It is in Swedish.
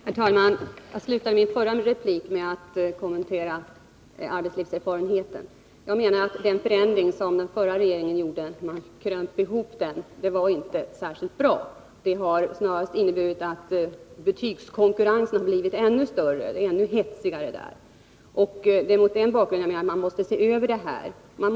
Herr talman! Jag slutade min förra replik med att kommentera arbetslivserfarenheten. Jag menar att den förändring som den förra regeringen gjorde, och som innebar att den krympte betydelsen av arbetslivserfarenhet, inte var bra. Det har snarast inneburit att betygskonkurrensen blivit ännu större, ännu hetsigare. Det är mot den bakgrunden man måste se över reglerna.